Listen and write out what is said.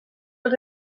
els